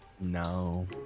No